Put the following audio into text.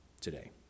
today